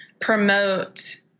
promote